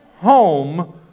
home